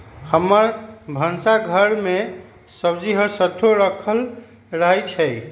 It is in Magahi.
हमर भन्सा घर में सूज्ज़ी हरसठ्ठो राखल रहइ छै